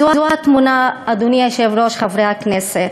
זו התמונה, אדוני היושב-ראש, חברי הכנסת.